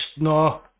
no